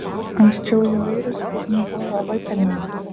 anksčiau įvairūs bizniai buvo labai pelningi